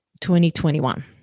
2021